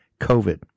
COVID